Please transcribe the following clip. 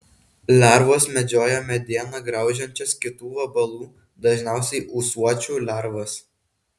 lervos medžioja medieną graužiančias kitų vabalų dažniausiai ūsuočių lervas